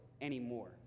anymore